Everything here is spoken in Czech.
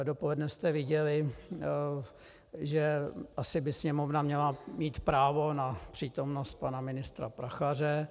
Dopoledne jste viděli, že asi by Sněmovna měla mít právo na přítomnost pana ministra Prachaře.